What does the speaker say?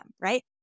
right